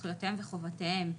זכויותיהם וחובותיהם,